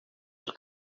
del